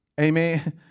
Amen